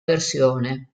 versione